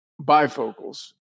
bifocals